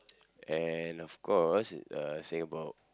and of course uh say about